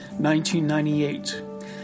1998